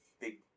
Big